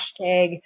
hashtag